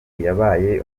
yabaye